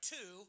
Two